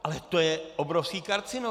Ale to je obrovský karcinogen!